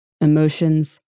emotions